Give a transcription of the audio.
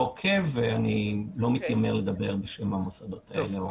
לא עוקב ולא מתיימר לדבר בשם המוסדות האלה.